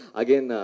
again